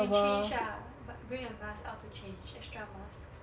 you change ah but bring a mask out to change extra mask